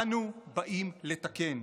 אנו באים לתקן.